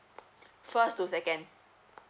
first to second